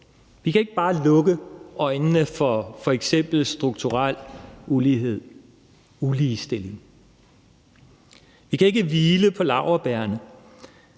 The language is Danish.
Vi kan ikke bare lukke øjnene for f.eks. strukturel ulighed, uligestilling. Vi kan ikke hvile på laurbærrene.